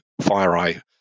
FireEye